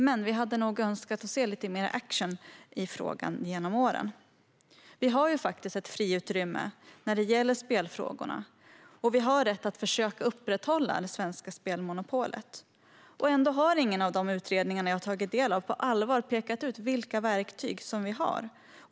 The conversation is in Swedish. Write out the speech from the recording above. Men vi hade önskat se lite mer action i frågan genom åren. Vi har faktiskt ett friutrymme när det gäller spelfrågorna, och vi har rätt att försöka upprätthålla det svenska spelmonopolet. Ändå har ingen av de utredningar som jag har tagit del av på allvar pekat ut vilka verktyg som vi har.